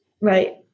right